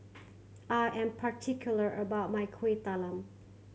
I am particular about my Kueh Talam